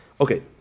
Okay